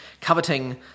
coveting